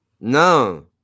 No